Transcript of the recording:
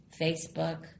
Facebook